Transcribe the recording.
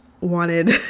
wanted